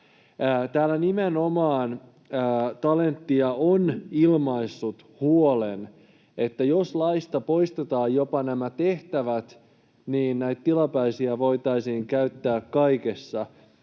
Talentia on ilmaissut huolen, että jos laista poistetaan jopa nämä tehtävät, niin näitä tilapäisiä voitaisiin käyttää kaikessa.